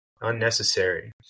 unnecessary